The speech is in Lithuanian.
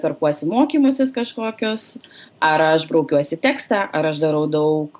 perkuosi mokymusis kažkokius ar aš braukiuosi tekstą ar aš darau daug